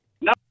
No